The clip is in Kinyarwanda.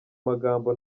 magambo